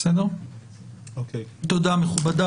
תודה, מכובדיי.